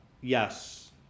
yes